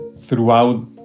Throughout